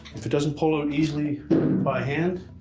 if it doesn't pull out easily by hand,